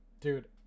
Dude